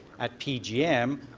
at pgm,